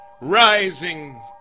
rising